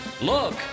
look